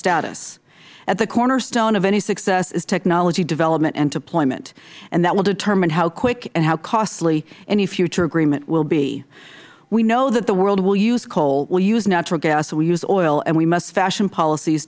status at the cornerstone of any success is technology development and deployment and that will determine how quick and how costly any future agreement will be we know that the world will use coal will use natural gas and will use oil and we must fashion policies